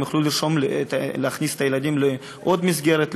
הם יוכלו להכניס את הילדים לעוד מסגרת,